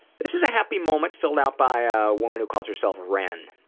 this is a happy moment filled out by a woman who calls herself wren.